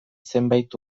zenbait